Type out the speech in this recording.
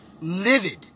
Livid